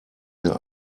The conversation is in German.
mehr